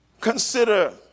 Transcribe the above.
Consider